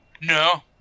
No